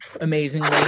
amazingly